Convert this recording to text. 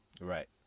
Right